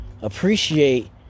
Appreciate